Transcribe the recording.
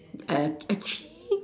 a~ actually